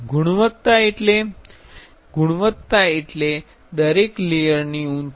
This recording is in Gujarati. ગુણવત્તા એટલે દરેક લેયરની ઉંચાઇ